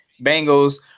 Bengals